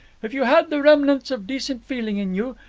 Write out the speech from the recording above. if you had the remnants of decent feeling in you,